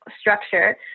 structure